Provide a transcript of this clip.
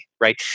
right